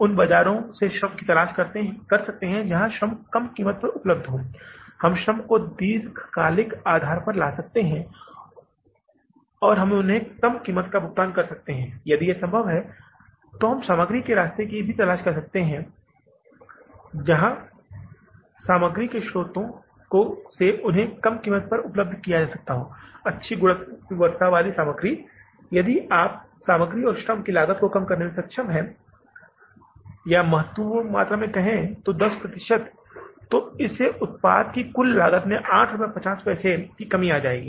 आप उन बाजारों से श्रम की तलाश कर सकते हैं जहां यह कम कीमत पर उपलब्ध है हम श्रम को दीर्घकालिक आधार पर ला सकते हैं और हम उन्हें कम कीमत का भुगतान कर सकते हैं यदि यह संभव है तो हम सामग्री के रास्ते की तलाश कर सकते हैं बाजारों से या सामग्री के स्रोतों से जहां यह कम कीमत पर उपलब्ध है अच्छी गुणवत्ता वाली सामग्री इसलिए यदि आप सामग्री और श्रम की लागत को कम करने में सक्षम हैं या महत्वपूर्ण मात्रा में कहें तो भी 10 प्रतिशत तो इस उत्पाद की कुल लागत में 8 रुपये 50 पैसे 8 रुपये 50 पैसे की कमी आएगी